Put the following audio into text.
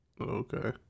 Okay